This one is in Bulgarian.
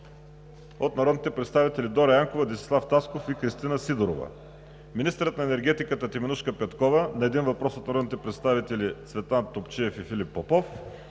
от народните представители Дора Янкова, Десислав Тасков и Кристина Сидорова; - министърът на енергетиката Теменужка Петкова – на един въпрос от народните представители Цветан Топчиев и Филип Попов;